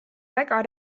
väga